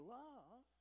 love